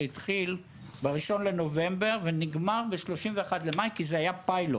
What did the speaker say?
שהתחיל בראשון לנובמבר ונגמר ב-31/05 כי זה היה פיילוט.